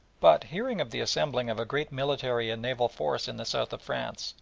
but hearing of the assembling of a great military and naval force in the south of france,